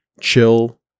chill